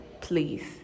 please